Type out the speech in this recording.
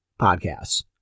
podcasts